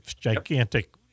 gigantic